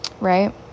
right